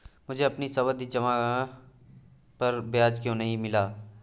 मुझे अपनी सावधि जमा पर ब्याज क्यो नहीं मिला?